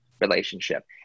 relationship